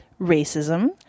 Racism